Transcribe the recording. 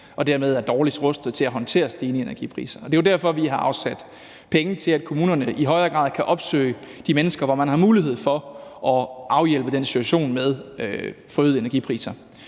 og dermed er dårligst rustede til at håndtere stigende energipriser. Det er jo derfor, at vi har afsat penge til, at kommunerne i højere grad kan opsøge de mennesker, så man har mulighed for at afhjælpe den situation, der kommer